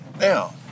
Now